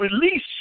release